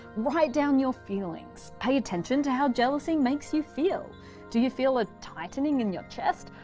write down your feelings. pay attention to how jealousy makes you feel do you feel a tightening in your chest?